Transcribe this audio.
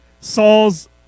Saul's